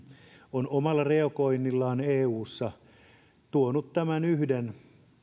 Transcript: on omalla reagoinnillaan eussa tuonut tämän yhden